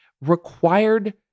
required